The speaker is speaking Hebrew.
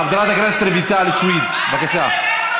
חברת הכנסת רויטל סויד, בבקשה.